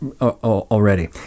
already